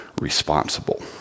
responsible